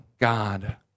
God